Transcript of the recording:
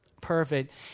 Perfect